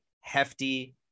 hefty